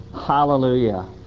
Hallelujah